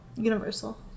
Universal